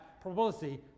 probability